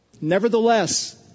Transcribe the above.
Nevertheless